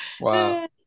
Wow